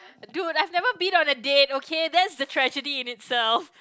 dude I never been on the date okay that's a tragedy in itself